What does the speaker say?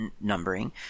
numbering